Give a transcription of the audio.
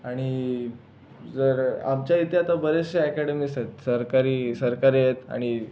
आणि जर आमच्या इथे आता बऱ्याचशा अकॅडमीस आहेत सरकारी सरकारी आहेत आणि